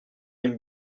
aimes